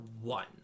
one